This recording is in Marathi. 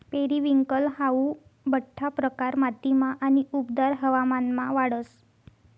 पेरिविंकल हाऊ बठ्ठा प्रकार मातीमा आणि उबदार हवामानमा वाढस